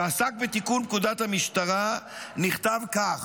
שעסק בתיקון פקודת המשטרה, נכתב כך: